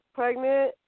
pregnant